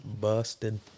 Busted